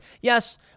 Yes